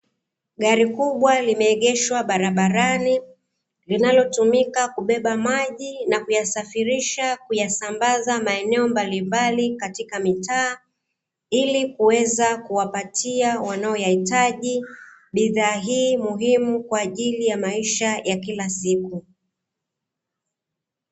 Gari kubwa limeegeshwa barabarani, linalotumika kubeba maji na kuyasafirisha na kuyasambaza maeneo mbalimbali katika mitaa, ili kuweza kuwapatia wanaohitaji, bidhaa hii muhimu kwa ajili ya maisha ya kila siku.